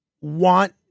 want